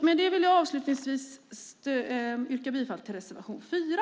Med det vill jag yrka bifall till reservation 4.